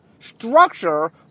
Structure